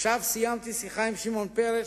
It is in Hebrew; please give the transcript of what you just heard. עכשיו סיימתי שיחה עם שמעון פרס.